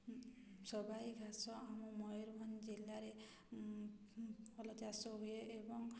ସବାଇ ଘାସ ଆମ ମୟୂରଭଞ୍ଜ ଜିଲ୍ଲାରେ ଭଲ ଚାଷ ହୁଏ ଏବଂ